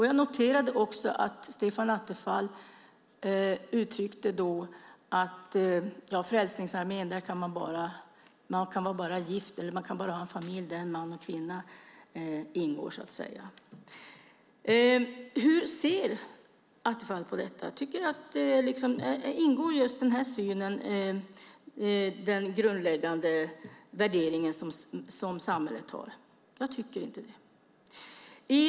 Jag noterade också att Stefan Attefall uttryckte att man i Frälsningsarmén bara kan ha en familj där en man och en kvinna ingår. Hur ser Attefall på detta? Ingår den grundläggande värdering som samhället har? Jag tycker inte det.